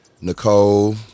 nicole